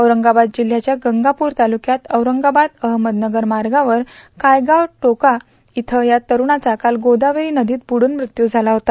औरंगाबाद जिल्ह्याच्या गंगापूर तालुक्यात औरंगावाद अहमदनगर मार्गावर क्रयगाव टोक्र इयं या तरुणाचा काल गोदावरी नवीत बुड्रून मृत्यू झाला होता